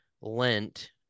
Lent –